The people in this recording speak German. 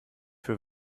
für